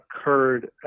occurred